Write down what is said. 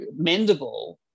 mendable